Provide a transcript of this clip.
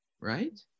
right